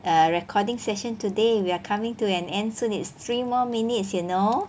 err recording session today we are coming to an end soon it's three more minutes you know